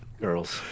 Girls